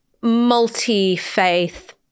multi-faith